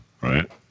right